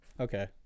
Okay